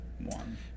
one